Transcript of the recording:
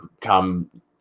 come